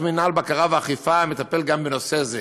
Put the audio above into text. מינהל בקרה ואכיפה המטפל גם בנושא זה.